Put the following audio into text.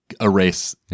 erase